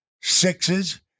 sixes